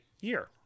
year